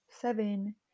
seven